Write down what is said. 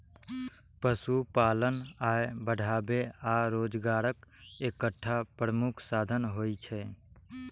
पशुपालन आय बढ़ाबै आ रोजगारक एकटा प्रमुख साधन होइ छै